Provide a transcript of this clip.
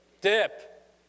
Dip